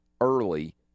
early